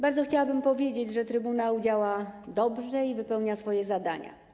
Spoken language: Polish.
Bardzo chciałabym powiedzieć, że trybunał działa dobrze i wypełnia swoje zadania.